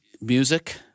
music